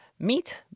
Meet